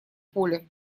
поле